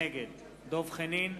נגד דב חנין,